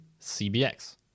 CBX